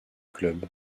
club